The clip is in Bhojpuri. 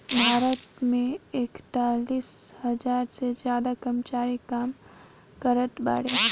भारत मे एकतालीस हज़ार से ज्यादा कर्मचारी काम करत बाड़े